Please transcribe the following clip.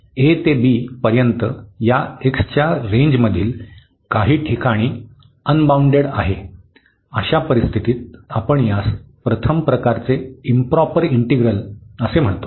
a ते b पर्यंत या x च्या रेंजमधील काही ठिकाणी अनबाउंडेड आहे अशा परिस्थितीत आपण यास प्रथम प्रकाराचे इंप्रॉपर इंटिग्रल म्हणतो